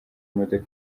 imodoka